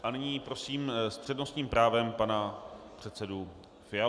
A nyní prosím s přednostním právem pana předsedu Fialu.